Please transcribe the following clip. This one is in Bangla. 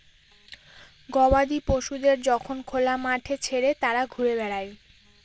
গবাদি পশুদের যখন খোলা মাঠে ছেড়ে তারা ঘুরে বেড়ায়